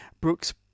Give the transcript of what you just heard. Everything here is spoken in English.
Brooks